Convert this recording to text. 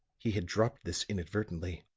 he had dropped this inadvertently.